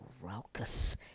raucous